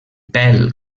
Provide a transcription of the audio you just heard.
pèl